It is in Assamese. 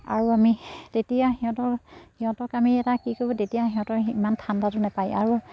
আৰু আমি তেতিয়া সিহঁতক সিহঁতক আমি এটা কি কৰিব তেতিয়া সিহঁতৰ ইমান ঠাণ্ডাটো নাপায় আৰু